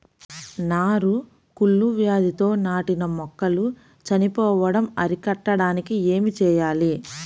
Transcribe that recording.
నారు కుళ్ళు వ్యాధితో నాటిన మొక్కలు చనిపోవడం అరికట్టడానికి ఏమి చేయాలి?